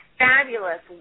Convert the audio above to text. fabulous